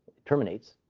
it terminates.